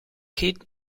kit